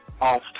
off